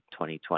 2020